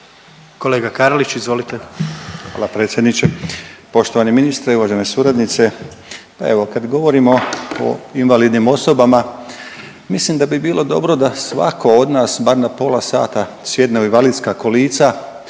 **Karlić, Mladen (HDZ)** Hvala predsjedniče. Poštovani ministre i uvažene suradnice, pa evo kad govorimo o invalidnim osobama mislim da bi bilo dobro da svako od nas bar na pola sata sjedne u invalidska kolica